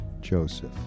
Joseph